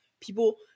People